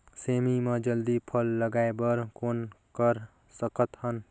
सेमी म जल्दी फल लगाय बर कौन कर सकत हन?